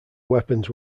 weapons